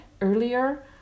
earlier